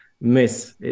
miss